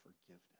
forgiveness